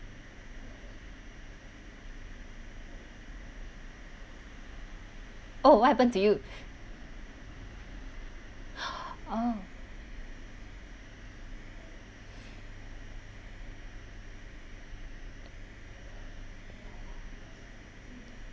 oh what happened to you oh